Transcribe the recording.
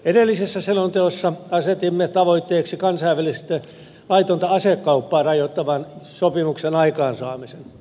edellisessä selonteossa asetimme tavoitteeksi kansainvälistä laitonta asekauppaa rajoittavan sopimuksen aikaansaamisen